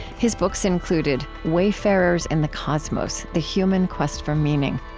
his books included wayfarers in the cosmos the human quest for meaning.